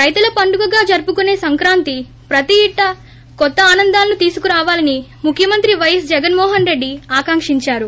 రైతుల పండుగగా జరుపుకునే సంక్రాంతి ప్రతి ఇంటా కొత్త ఆనందాలను తీసుకురావాలని ముఖ్యమంత్రి వైఎస్ జగన్మోహన్రెడ్డి ఆకాక్షించారు